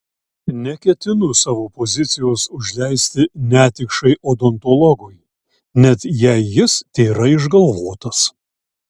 neketinu savo pozicijos užleisti netikšai odontologui net jei jis tėra išgalvotas